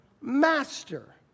master